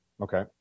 Okay